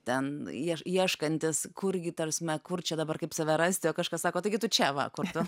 ten ie ieškantis kurgi ta prasme kur čia dabar kaip save rasti o kažkas sako taigi tu čia va kur tu